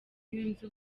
yunze